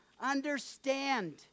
understand